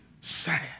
sad